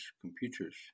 computers